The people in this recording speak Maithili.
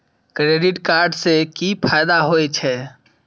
क्रेडिट कार्ड से कि फायदा होय छे?